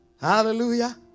hallelujah